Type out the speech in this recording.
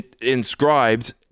inscribed